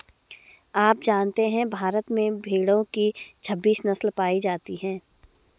आप जानते है भारत में भेड़ो की छब्बीस नस्ले पायी जाती है